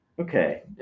Okay